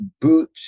boot